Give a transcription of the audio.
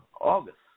August